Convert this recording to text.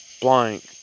blank